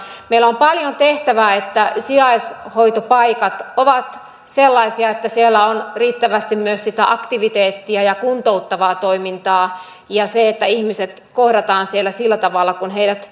meillä on paljon tehtävää jotta sijaishoitopaikat ovat sellaisia että siellä on riittävästi myös sitä aktiviteettia ja kuntouttavaa toimintaa ja ihmiset kohdataan siellä sillä tavalla kuin heidät kuuluu kohdata